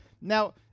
Now